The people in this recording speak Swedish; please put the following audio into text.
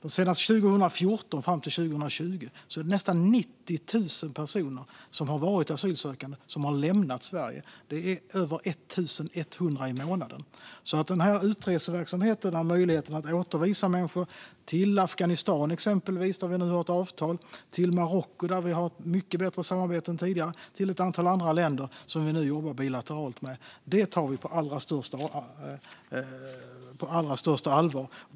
Mellan 2014 och 2020 är det nästan 90 000 personer som har varit asylsökande som har lämnat Sverige; det är över 1 100 i månaden. Utreseverksamheten och möjligheten att återvisa människor till Afghanistan, som vi nu har ett avtal med, till Marocko, som vi har ett mycket bättre samarbete med än tidigare, och till ett antal andra länder som vi nu jobbar bilateralt med tar vi på allra största allvar.